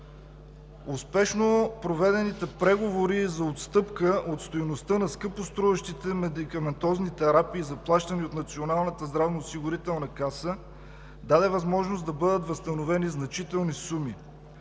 Успешно проведените преговори за отстъпка от стойността на скъпо струващите медикаментозни терапии, заплащани от Националната здравноосигурителна каса, дадоха възможност да бъдат възстановени значителни суми.